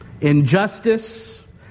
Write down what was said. Injustice